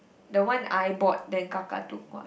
the one I bought then kakak took one